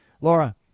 Laura